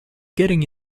getting